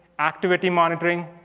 activity monitoring,